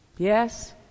Yes